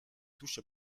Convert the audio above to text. touche